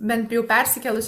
bent jau persikėlus